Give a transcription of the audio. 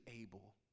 able